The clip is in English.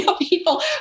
people